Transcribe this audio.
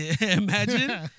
Imagine